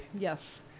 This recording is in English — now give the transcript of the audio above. yes